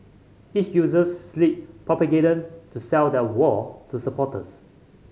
each uses slick propaganda to sell their war to supporters